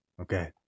Okay